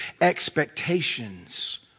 expectations